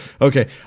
Okay